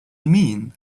mean